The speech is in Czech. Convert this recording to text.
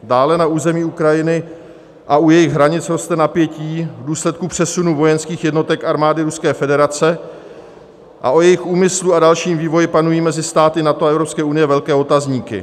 Dále na území Ukrajiny a u jejich hranic roste napětí v důsledku přesunu vojenských jednotek armády Ruské federace a o jejich úmyslu a dalším vývoji panují mezi státy NATO a EU velké otazníky.